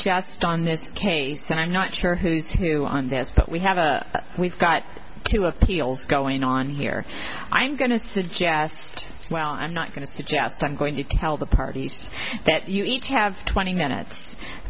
just on this case and i'm not sure who's who on this but we have a we've got two appeals going on here i'm going to suggest well i'm not going to suggest i'm going to tell the parties that you each have twenty minutes